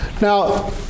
Now